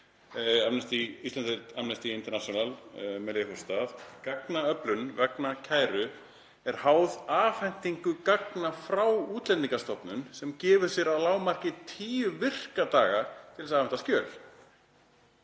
segir Íslandsdeild Amnesty International, með leyfi forseta: „Gagnaöflun vegna kæru er háð afhendingu gagna frá Útlendingastofnun sem gefur sér að lágmarki 10 virka daga til þess að afhenda skjöl.“